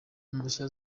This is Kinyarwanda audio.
impushya